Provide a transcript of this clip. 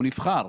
הוא נבחר.